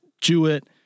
Jewett